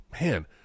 man